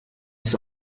ist